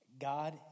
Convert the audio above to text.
God